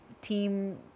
team